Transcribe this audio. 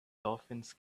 dolphins